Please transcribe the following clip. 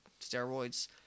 steroids